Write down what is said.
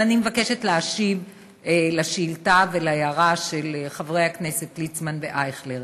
אני מבקשת להשיב על השאלה וההערה של חברי הכנסת ליצמן ואייכלר.